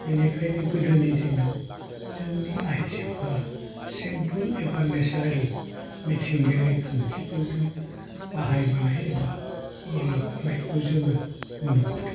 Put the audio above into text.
बेनिखायनो गोदोनि दिनाव जोंनि आइजोफोरा सिम्पोल एबा नेसारेल मिथिंगायारि खान्थिफोरजों बाहायबोनाय एबा खर' लोबबोनायखौ जोङो नुबोदों